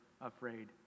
afraid